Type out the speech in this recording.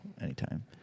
anytime